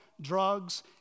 drugs